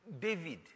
David